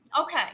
Okay